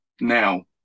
now